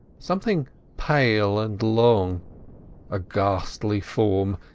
something pale and long a ghastly form.